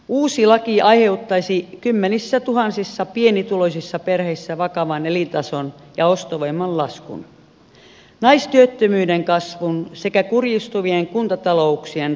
uusi laki aiheuttaisi kymmenissätuhansissa pienituloisissa perheissä vakavan elintason ja ostovoiman laskun naistyöttömyyden kasvun sekä kurjistuvien kuntatalouksien rapautumisen